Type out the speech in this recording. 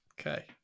Okay